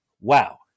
wow